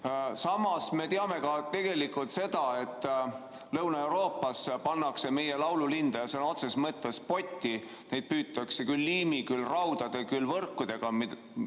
Samas, me teame ka seda, et Lõuna-Euroopas pannakse meie laululinde sõna otseses mõttes potti, neid püütakse küll liimi, küll raudade, küll võrkudega.